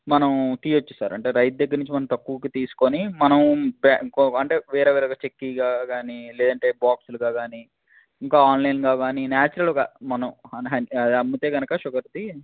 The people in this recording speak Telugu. మనము తీయవచ్చు సార్ అంటే రైతు దగ్గర నుంచి మనం తక్కువకి తీసుకొని మనం అంటే వేరే వేరే చెక్కీగా గానీ లేదంటే బాక్సులుగా కానీ ఇంకా ఆన్లైన్గా కానీ న్యాచురల్గా మనం అమ్మితే కనుక షుగర్ది